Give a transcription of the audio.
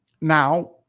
now